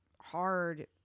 hard